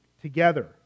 together